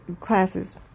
classes